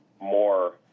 more